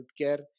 healthcare